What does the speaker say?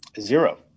Zero